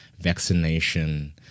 vaccination